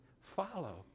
follow